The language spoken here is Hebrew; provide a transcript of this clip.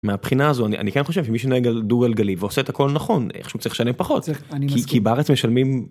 מהבחינה הזו אני אני כן חושב שמישהו נהג על דו גלגלי ועושה את הכל נכון איך שהוא צריך שנים פחות כי בארץ משלמים.